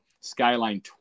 Skyline